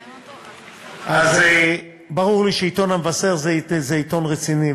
אז ברור לי שעיתון "המבשר" זה עיתון רציני,